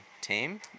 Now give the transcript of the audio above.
team